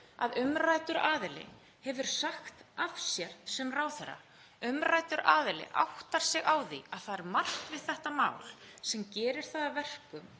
að umræddur aðili hefur sagt af sér sem ráðherra. Umræddur aðili áttar sig á því að það er margt við þetta mál sem gerir það að verkum